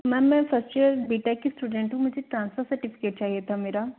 ma'am मैं first year B tech की student हूँ मुझे ट्रांसफर सर्टिफिकेट चाहिए था मेरा